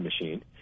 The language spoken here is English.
machine